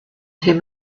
him